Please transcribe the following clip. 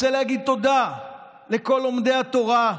רוצה להגיד תודה לכל לומדי התורה,